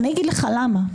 אני אגיד לך למה,